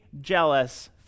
jealous